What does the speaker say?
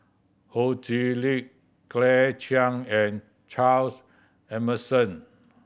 Ho Chee Lick Claire Chiang and Charles Emmerson